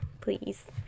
please